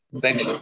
Thanks